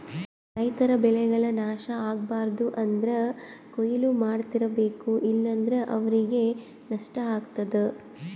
ರೈತರ್ ಬೆಳೆಗಳ್ ನಾಶ್ ಆಗ್ಬಾರ್ದು ಅಂದ್ರ ಕೊಯ್ಲಿ ಮಾಡ್ತಿರ್ಬೇಕು ಇಲ್ಲಂದ್ರ ಅವ್ರಿಗ್ ನಷ್ಟ ಆಗ್ತದಾ